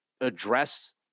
address